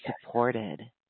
supported